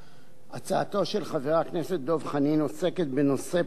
הצעתו של חבר הכנסת דב חנין עוסקת בנושא פנימי בין